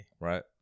Right